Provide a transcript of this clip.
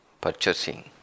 purchasing